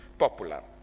popular